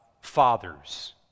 fathers